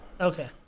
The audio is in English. Okay